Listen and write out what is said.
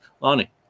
Lonnie